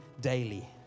daily